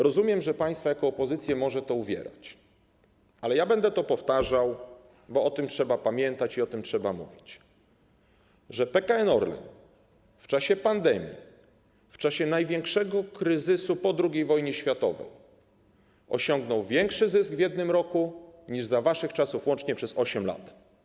Rozumiem, że państwa jako opozycję może to uwierać, ale będę to powtarzał, bo o tym trzeba pamiętać i o tym trzeba mówić, że PKN Orlen w czasie pandemii, w czasie największego kryzysu po II wojnie światowej osiągnął w 1 rok większy zysk niż za waszych czasów łącznie przez 8 lat.